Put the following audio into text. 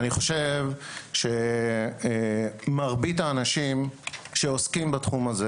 אני חושב שמרבית האנשים שעוסקים בתחום הזה